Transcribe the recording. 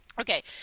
Okay